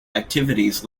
activities